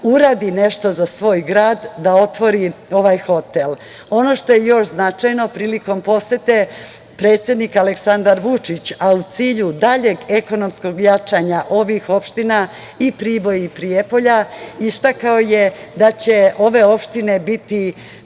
uradi nešto za svoj grad da otvori ovaj hotel. Ono što još značajno prilikom posete predsednika Aleksandra Vučića, a u cilju daljeg ekonomskog jačanja ovih opština i Priboj i Prijepolje, istakao je da će ove opštine biti